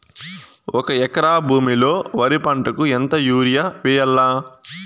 ఒక ఎకరా భూమిలో వరి పంటకు ఎంత యూరియ వేయల్లా?